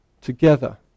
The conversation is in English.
together